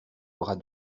bras